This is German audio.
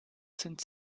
sind